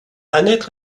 annette